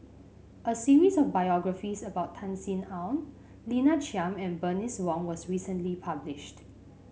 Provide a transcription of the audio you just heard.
a series of biographies about Tan Sin Aun Lina Chiam and Bernice Wong was recently published